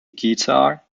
guitar